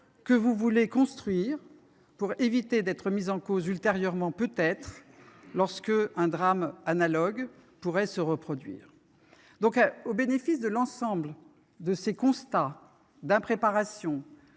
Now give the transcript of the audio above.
que vous voulez construire pour éviter d’être mis en cause ultérieurement, peut être, si un drame analogue devait se produire. Sous le bénéfice de l’ensemble de ces constats d’impréparation,